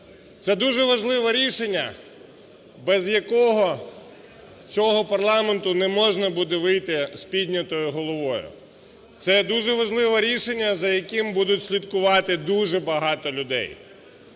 Це дуже важливе рішення, без якого з цього парламенту не можна буде вийти з піднятою головою. Це дуже важливе рішення, за яким будуть слідкувати дуже багато людей.